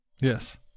yes